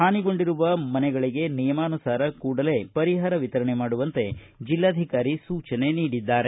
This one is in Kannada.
ಹಾನಿಗೊಂಡಿರುವ ಮನೆಗಳಿಗೆ ನಿಯಮಾನುಸಾರ ಕೂಡಲೇ ಪರಿಹಾರ ವಿತರಣೆ ಮಾಡುವಂತೆ ಜಿಲ್ಲಾಧಿಕಾರಿ ಸೂಚನೆ ನೀಡಿದ್ದಾರೆ